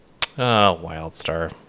Wildstar